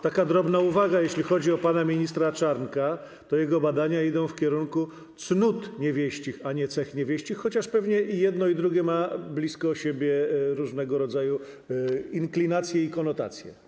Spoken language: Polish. Taka drobna uwaga: jeśli chodzi o pana ministra Czarnka, to jego badania idą w kierunku cnót niewieścich, a nie cech niewieścich, chociaż pewnie i jedne, i drugie mają blisko siebie różnego rodzaju inklinacje i konotacje.